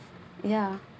ya